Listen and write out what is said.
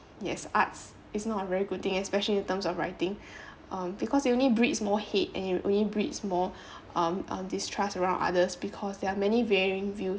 yes arts is not a very good thing especially in terms of writing um because it only breeds more hate and it would only breeds more um distrust around others because there are many varying views